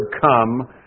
come